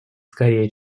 скорее